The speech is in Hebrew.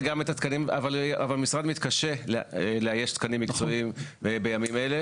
אבל המשרד מתקשה לאייש תקנים מקצועיים בימים אלה.